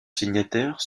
signataires